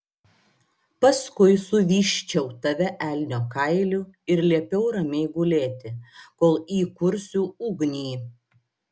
paskui suvysčiau tave elnio kailiu ir liepiau ramiai gulėti kol įkursiu ugnį